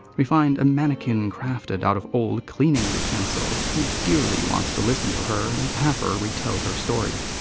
we find a mannequin crafted out of old cleaning utensils who dearly wants to listen to her and have her retell her story.